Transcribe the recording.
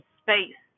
space